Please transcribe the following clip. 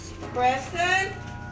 Preston